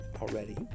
already